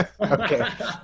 Okay